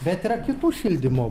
bet yra kitų šildymo